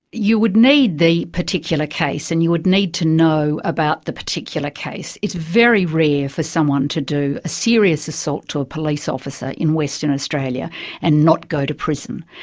you would need the particular case, and you would need to know about the particular case. it's very rare for someone to do a serious assault to a police officer in western australia and not go to prison.